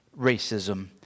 racism